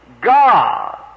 God